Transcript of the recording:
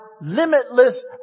limitless